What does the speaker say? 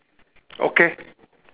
okay